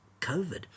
COVID